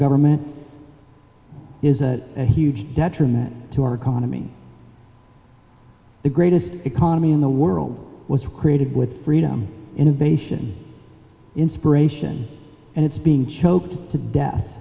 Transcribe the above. government is a huge detriment to our economy the greatest economy in the world was created with freedom innovation inspiration and it's being choked to death